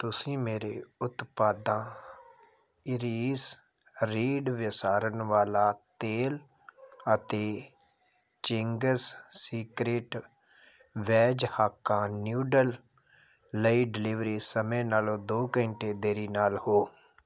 ਤੁਸੀਂ ਮੇਰੇ ਉਤਪਾਦਾਂ ਇਰੀਸ ਰੀਡ ਵਿਸਾਰਣ ਵਾਲਾ ਤੇਲ ਅਤੇ ਚਿੰਗਜ਼ ਸੀਕਰੇਟ ਵੈਜ ਹਾਕਾਂ ਨਿਊਡਲ ਲਈ ਡਿਲੀਵਰੀ ਸਮੇਂ ਨਾਲੋਂ ਦੋ ਘੰਟੇ ਦੇਰੀ ਨਾਲ ਹੋ